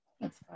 Thanks